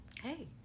Hey